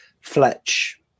Fletch